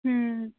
ਹੂੰ